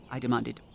i demanded.